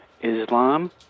Islam